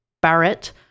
Barrett